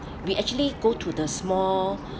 we actually go to the small